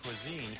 cuisine